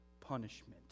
punishment